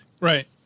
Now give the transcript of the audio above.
Right